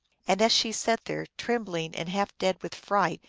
and as she sat there, trembling and half dead with fright,